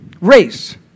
Race